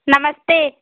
नमस्ते